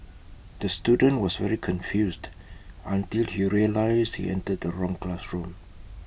the student was very confused until he realised he entered the wrong classroom